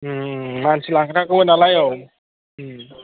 मानसि लांनांगौमोन नालाय औ